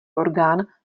orgán